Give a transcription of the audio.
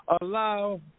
allow